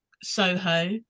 Soho